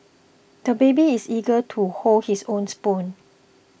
the baby is eager to hold his own spoon